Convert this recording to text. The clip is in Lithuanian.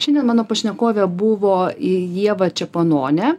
šiandien mano pašnekovė buvo i ieva čepononė